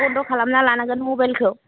बन्द खालामना लानांगोन मबाइलखौ